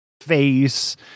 face